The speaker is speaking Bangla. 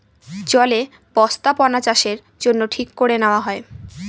জলে বস্থাপনাচাষের জন্য ঠিক করে নেওয়া হয়